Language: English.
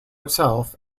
itself